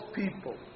people